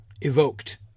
evoked